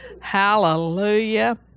Hallelujah